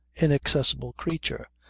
inaccessible creature,